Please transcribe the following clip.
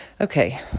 okay